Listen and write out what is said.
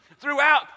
Throughout